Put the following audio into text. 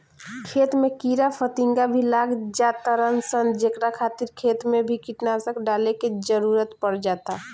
खेत में कीड़ा फतिंगा भी लाग जातार सन जेकरा खातिर खेत मे भी कीटनाशक डाले के जरुरत पड़ जाता